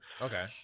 okay